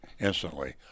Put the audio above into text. Instantly